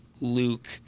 Luke